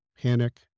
panic